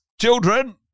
children